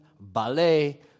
ballet